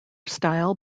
style